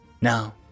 now